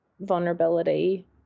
vulnerability